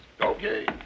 Okay